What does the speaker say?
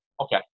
Okay